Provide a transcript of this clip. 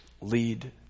lead